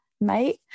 mate